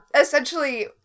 Essentially